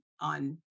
on